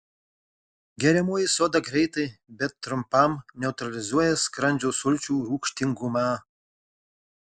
geriamoji soda greitai bet trumpam neutralizuoja skrandžio sulčių rūgštingumą